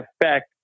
effect